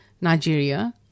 Nigeria